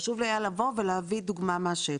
היה חשוב לי לבוא ולהביא דוגמה מהשטח.